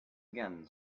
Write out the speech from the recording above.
again